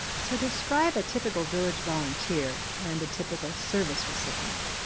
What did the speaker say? so describe a typical village volunteer and a typical service recipient.